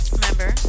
Remember